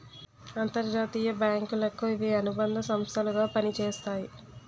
అంతర్జాతీయ బ్యాంకులకు ఇవి అనుబంధ సంస్థలు గా పనిచేస్తాయి